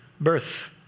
birth